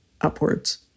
upwards